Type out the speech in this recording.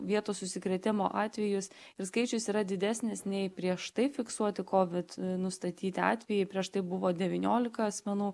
vietos užsikrėtimo atvejus ir skaičius yra didesnis nei prieš tai fiksuoti covid nustatyti atvejai prieš tai buvo devyniolika asmenų